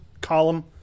column